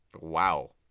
Wow